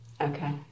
Okay